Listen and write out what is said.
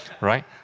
right